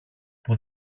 που